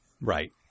Right